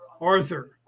Arthur